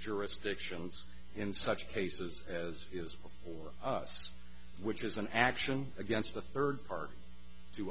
jurisdictions in such cases as is before us which is an action against the third party do